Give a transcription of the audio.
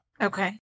Okay